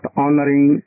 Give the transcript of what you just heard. honoring